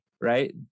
right